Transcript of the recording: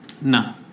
No